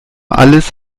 alles